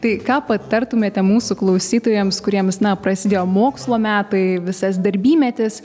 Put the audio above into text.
tai ką patartumėte mūsų klausytojams kuriems na prasidėjo mokslo metai visas darbymetis